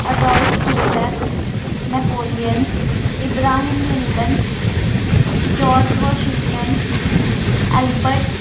adolf hitler napoleon abraham lincoln george Washington albert